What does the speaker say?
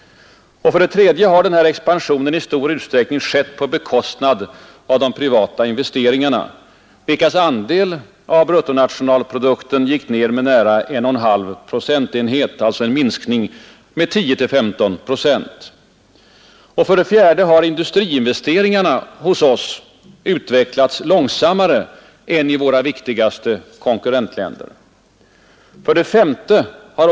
3. Denna expansion har i stor utsträckning skett på bekostnad av de privata investeringarna. Dessas andel av bruttonationalprodukten gick ner med nära 1 1/2 procentenhet — en minskning med 10—15 procent. 4. Industriinvesteringarna i vårt land har utvecklats långsammare än i våra viktigaste konkurrentländer. 5.